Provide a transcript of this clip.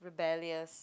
rebellious